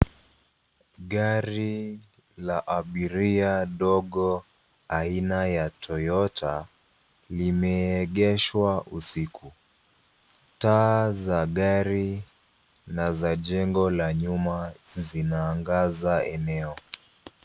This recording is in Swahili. Gari la abiria ndogo aina ya toyota limeegeshwa usiku. Taa za gari na za jengo la nyuma zinaangaza eneo.